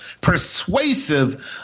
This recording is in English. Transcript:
persuasive